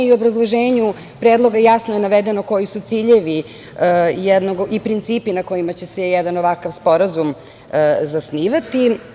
U obrazloženju predloga jasno je navedeno koji su ciljevi i principi na kojima će se jedan ovakav sporazum zasnivati.